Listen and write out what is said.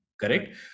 Correct